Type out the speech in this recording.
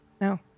No